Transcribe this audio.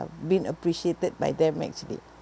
been appreciated by them actually